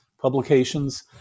publications